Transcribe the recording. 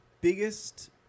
biggest